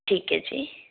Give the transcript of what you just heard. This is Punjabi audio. ਠੀਕ ਹੈ ਜੀ